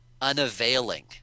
unavailing